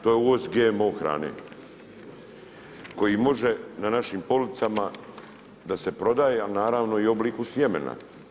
To je uvoz GMO hrane koji može na našim policama da se prodaje, a naravno i u obliku sjemena.